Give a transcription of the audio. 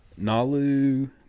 Nalu